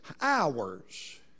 hours